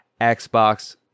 Xbox